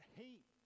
hate